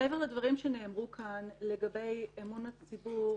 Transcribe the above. מעבר לדברים שנאמרו כאן לגבי אמון הציבור,